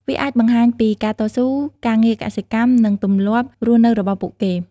វាអាចបង្ហាញពីការតស៊ូ ការងារកសិកម្ម និងទម្លាប់រស់នៅរបស់ពួកគេ។